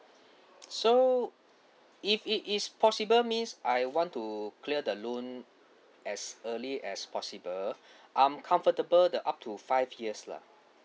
so if it is possible means I want to clear the loan as early as possible I'm comfortable the up to five years lah